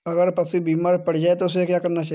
अगर पशु बीमार पड़ जाय तो क्या करना चाहिए?